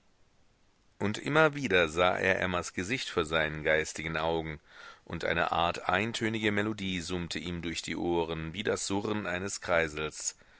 und immer wieder sah er emmas gesicht vor seinen geistigen augen und eine art eintönige melodie summte ihm durch die ohren wie das surren eines kreisels